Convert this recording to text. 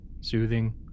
soothing